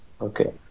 Okay